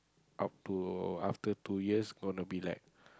up to after two years gonna be like